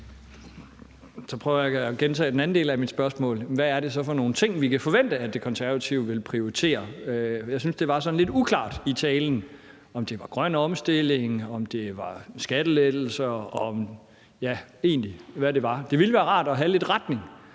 Så prøver jeg at gentage den anden del af mit spørgsmål. Hvad er det så for nogle ting, vi kan forvente at De Konservative vil prioritere? Jeg synes, det var sådan lidt uklart i talen, om det var grøn omstilling, om det var skattelettelser, ja, hvad det egentlig var. Det ville være rart at have lidt retning